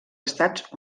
estats